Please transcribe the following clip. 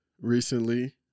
recently